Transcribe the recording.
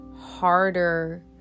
harder